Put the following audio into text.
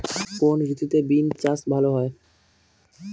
কোন ঋতুতে বিন্স চাষ ভালো হয়?